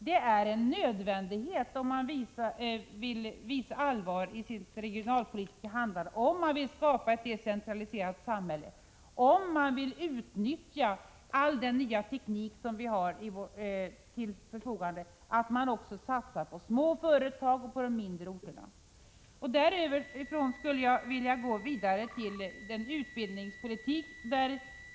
Det är en nödvändighet, om man vill visa allvar i sitt regionalpolitiska handlande, om man vill skapa ett decentraliserat samhälle, och om man vill utnyttja all den nya teknik som vi har till förfogande, att man också satsar på små företag och mindre orter. Därefter skulle jag vilja ta upp utbildningspolitiken.